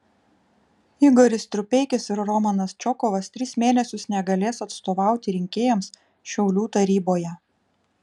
igoris strupeikis ir romanas čokovas tris mėnesius negalės atstovauti rinkėjams šiaulių taryboje